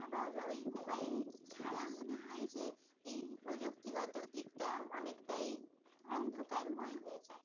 আবার ওই মোবাইল ছাড়া মনে হয় যে এই প্রযুক্তিগত দিকটা অনেকটাই অন্ধকারময় হয়ে যায়